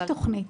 יש תוכנית.